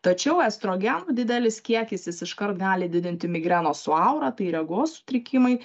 tačiau estrogenų didelis kiekis jis iškart gali didinti migrenos su aura tai regos sutrikimai